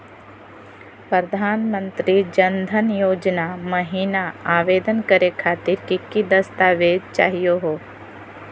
प्रधानमंत्री जन धन योजना महिना आवेदन करे खातीर कि कि दस्तावेज चाहीयो हो?